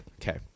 okay